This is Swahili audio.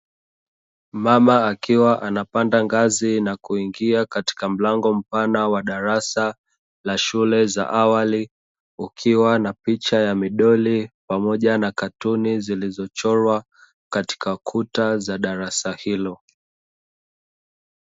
Mama akiwa anapanda ngazi na kuingia katika mlango mpana wa darasa la shule za awali, ukiwa na picha za midoli pamoja na katuni zilizochorwa katika kuta za darasa hilo.